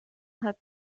hat